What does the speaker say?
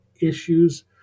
issues